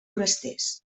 forasters